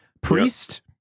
Priest